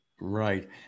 Right